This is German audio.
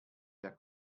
der